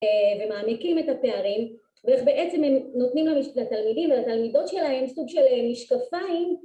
ומעמקים את הפערים ואיך בעצם הם נותנים לתלמידים ולתלמידות שלהם סוג של משקפיים